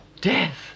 Death